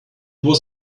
was